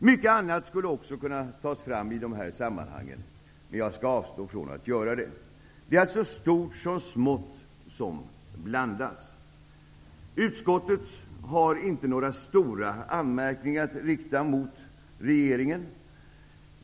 Mycket annat skulle också kunna tas fram i dessa sammanhang, men jag skall avstå från att göra det. Det är alltså stort som smått som blandas. Utskottet har inte några stora anmärkningar att rikta mot regeringen.